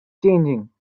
changing